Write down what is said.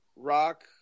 Rock